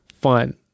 fun